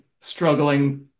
struggling